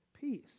peace